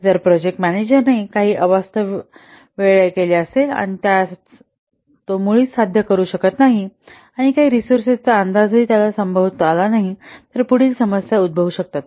जर प्रोजेक्ट मॅनेजरने काही अवास्तव वेळ केले असेल ज्यास तो मुळीच साध्य करू शकत नाही आणि काही रिसोअर्सचा अंदाज तो संभवत नाही तर पुढील समस्या उद्भवू शकतात